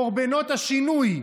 קורבנות השינוי.